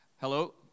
Hello